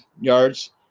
yards